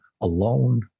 alone